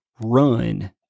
Run